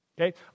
okay